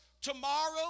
tomorrow